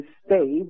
stay